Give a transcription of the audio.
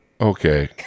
Okay